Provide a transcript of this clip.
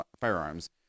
firearms